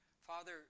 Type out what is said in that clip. Father